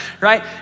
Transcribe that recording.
right